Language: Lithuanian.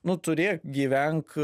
nu turėk gyvenk